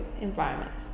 environments